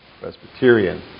Presbyterian